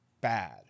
bad